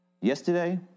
Yesterday